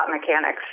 mechanics